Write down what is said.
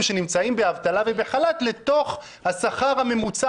שנמצאים באבטלה ובחל"ת לתוך השכר הממוצע